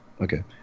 Okay